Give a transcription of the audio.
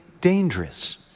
dangerous